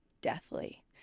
deathly